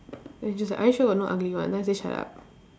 then she's just like are you sure got no ugly one then I say shut up